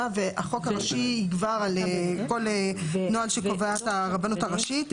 והחוק הראשי יגבר על כל נוהל שקובעת הרבנות הראשית.